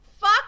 fuck